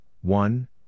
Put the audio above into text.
one